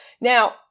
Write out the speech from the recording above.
Now